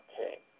Okay